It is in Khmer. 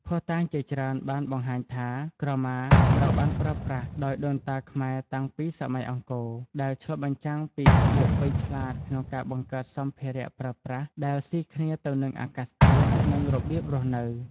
ភស្តុតាងជាច្រើនបានបង្ហាញថា ក្រមាត្រូវបានប្រើប្រាស់ដោយដូនតាខ្មែរតាំងពីសម័យអង្គរ ដែលឆ្លុះបញ្ចាំងពីភាពវៃឆ្លាតក្នុងការបង្កើតសម្ភារៈប្រើប្រាស់ដែលស៊ីគ្នាទៅនឹងអាកាសធាតុ និងរបៀបរស់នៅ។